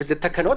ואלו תקנות,